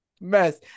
Mess